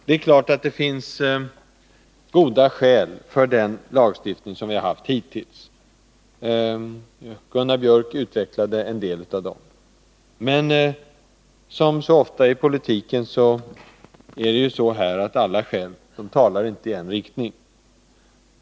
Det är klart att det finns goda skäl för den lagstiftning vi hittills har haft. Gunnar Biörck i Värmdö utvecklade en del av dem. Men här som så ofta annars i politiken finns det skäl som också talar emot.